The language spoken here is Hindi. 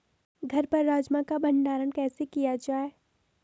घर पर राजमा का भण्डारण कैसे किया जाय?